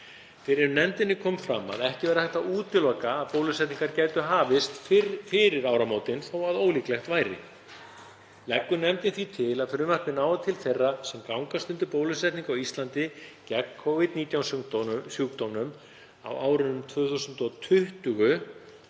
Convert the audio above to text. Fyrir nefndinni kom fram að ekki væri hægt að útiloka að bólusetningar gætu hafist fyrir áramótin, þó að ólíklegt væri. Leggur nefndin því til að frumvarpið nái til þeirra sem gangast undir bólusetningu á Íslandi gegn Covid-19 sjúkdómnum á árunum